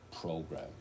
program